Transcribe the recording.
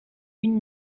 une